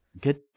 Good